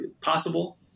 possible